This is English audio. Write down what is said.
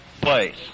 place